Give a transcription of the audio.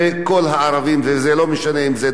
וזה לא משנה אם דרוזי או אם לא דרוזי.